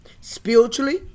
Spiritually